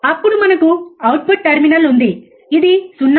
అప్పుడు మనకు output terminal ఉంది ఇది 0